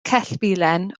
cellbilen